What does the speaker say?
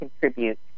contribute